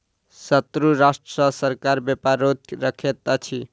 शत्रु राष्ट्र सॅ सरकार व्यापार रोध रखैत अछि